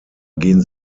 gehen